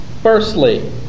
Firstly